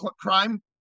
crime